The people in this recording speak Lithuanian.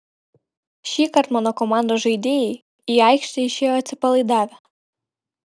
šįkart mano komandos žaidėjai į aikštę išėjo atsipalaidavę